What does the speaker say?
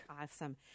Awesome